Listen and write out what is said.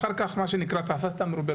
ואחר כך תפסת מרובה,